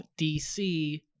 DC